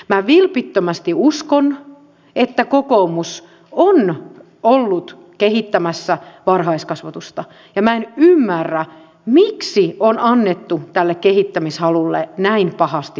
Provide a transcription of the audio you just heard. minä vilpittömästi uskon että kokoomus on ollut kehittämässä varhaiskasvatusta ja minä en ymmärrä miksi on annettu tälle kehittämishalulle näin pahasti periksi